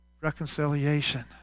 reconciliation